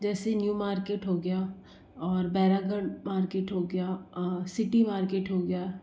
जैसे new market हो गया और बैरागड़ मार्किट हो गया सिटी मार्किट हो गया